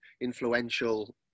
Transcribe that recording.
influential